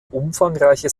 umfangreiche